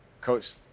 Coach